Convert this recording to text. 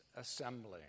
assembly